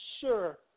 sure